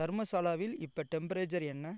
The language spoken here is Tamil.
தர்மசாலாவில இப்போ டெம்பரேச்சர் என்ன